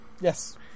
Yes